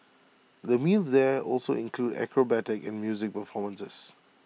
the meals there also include acrobatic and music performances